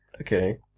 Okay